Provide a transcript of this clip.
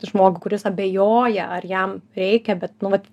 žmogų kuris abejoja ar jam reikia bet nu vat